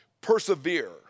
persevere